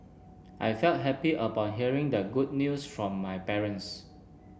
I felt happy upon hearing the good news from my parents